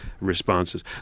responses